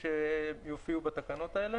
הציבור מעניין אותי.